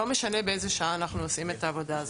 לא משנה באיזו שעה אנחנו עושים את העבודה הזאת.